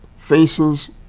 faces